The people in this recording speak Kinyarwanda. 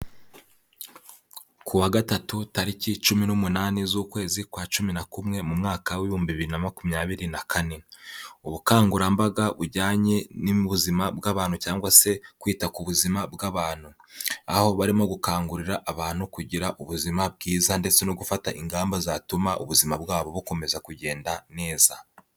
Ku wa gatatu, tariki cumi n'umunani z'ukwezi kwa cumi na kumwe, mu mwaka w'ibihumbi bibiri na makumyabiri na kane, ubukangurambaga bujyanye n'ubuzima bw'abantu cyangwa se kwita ku buzima bw'abantu. Aho barimo gukangurira abantu kugira ubuzima bwiza ndetse no gufata ingamba zatuma ubuzima bwabo bukomeza kugenda neza.